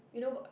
you know